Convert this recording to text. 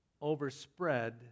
overspread